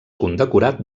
condecorat